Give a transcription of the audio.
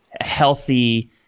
healthy